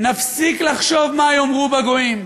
נפסיק לחשוב מה יאמרו הגויים,